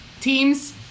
teams